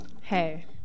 Hey